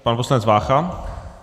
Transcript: Pan poslanec Vácha.